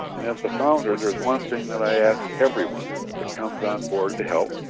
and as the founder there's one thing that i ask everyone that comes on board to help,